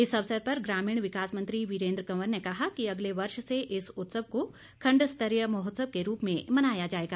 इस अवसर पर ग्रामीण विकास मंत्री वीरेन्द्र कंवर ने कहा कि अगले वर्ष से इस उत्सव को खण्ड स्तरीय महोत्सव के रूप में मनाया जाएगा